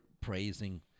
praising